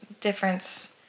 difference